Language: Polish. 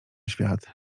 świat